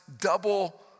double